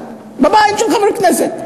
בבית של חבר כנסת,